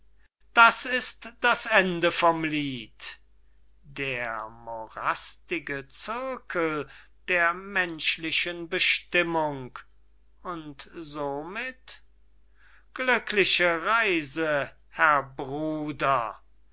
das ist das ende vom lied der morastige zirkel der menschlichen bestimmung und somit glückliche reise herr bruder